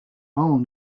own